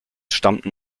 stammten